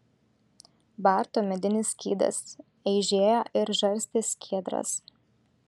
barto medinis skydas eižėjo ir žarstė skiedras